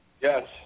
Yes